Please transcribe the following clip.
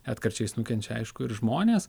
retkarčiais nukenčia aišku ir žmonės